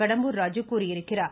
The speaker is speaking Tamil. கடம்பூர் ராஜு கூறியிருக்கிறார்